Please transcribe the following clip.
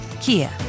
Kia